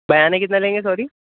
بیعانہ کتنا لیں گے سوری